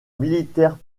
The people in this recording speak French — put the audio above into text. militaires